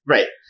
Right